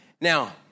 Now